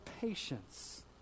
patience